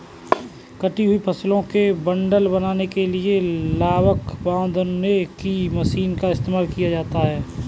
कटी हुई फसलों के बंडल बनाने के लिए लावक बांधने की मशीनों का इस्तेमाल किया जाता है